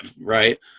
right